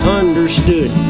understood